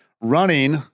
running